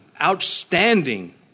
outstanding